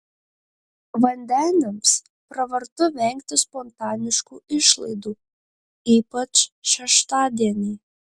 vandeniams pravartu vengti spontaniškų išlaidų ypač šeštadienį